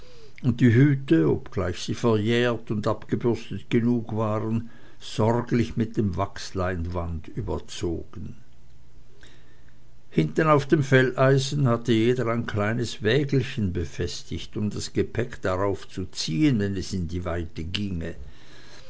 und die hüte obgleich sie verjährt und abgebürstet genug waren sorglich mit wachsleinwand überzogen hinten auf dem felleisen hatte jeder ein kleines wägelchen befestigt um das gepäck darauf zu ziehen wenn es ins weite ginge